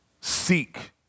seek